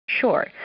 Sure